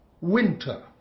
Winter